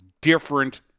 different